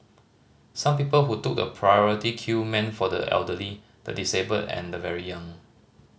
some people who took the priority queue meant for the elderly the disabled and the very young